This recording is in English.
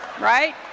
right